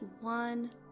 one